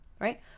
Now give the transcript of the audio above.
right